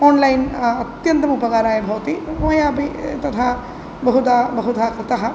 online अत्यन्तमुपकाराय भवति मयापि तथा बहुधा बहुधा कृतः